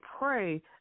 pray